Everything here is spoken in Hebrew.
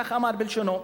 כך אמר בלשונו.